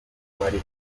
n’abari